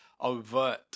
overt